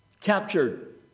captured